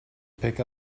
pick